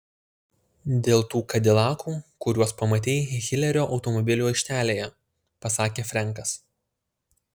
dėl tų kadilakų kuriuos pamatei hilerio automobilių aikštelėje pasakė frenkas